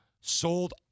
sold